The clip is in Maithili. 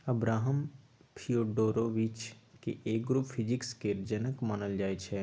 अब्राहम फियोडोरोबिच केँ एग्रो फिजीक्स केर जनक मानल जाइ छै